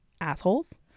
assholes